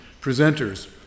presenters